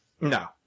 No